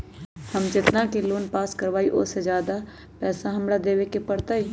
हम जितना के लोन पास कर बाबई ओ से ज्यादा पैसा हमरा देवे के पड़तई?